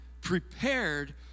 prepared